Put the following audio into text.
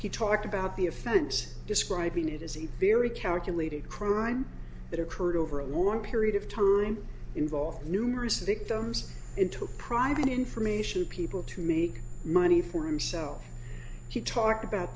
he talked about the offense describing it as a very calculated crime that occurred over a long period of time involved numerous victims into a private information people to make money for himself he talked about